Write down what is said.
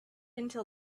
until